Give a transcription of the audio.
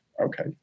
okay